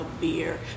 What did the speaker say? beer